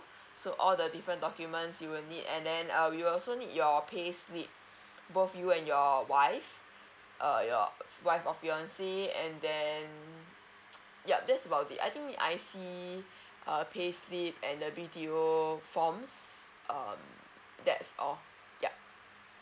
so all the different documents you will need and then err we'll also need your payslip both you and your wife err your wife or fiance and then yup that's about it I think I_C err pay slip and the B_T_O forms um that's all yup